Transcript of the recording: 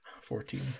fourteen